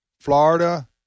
Florida